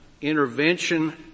intervention